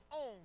own